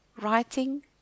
writing